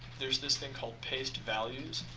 there's this thing called paste values,